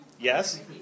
Yes